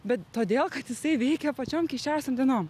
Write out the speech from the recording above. bet todėl kad jisai veikia pačiom keisčiausiom dienom